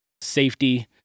safety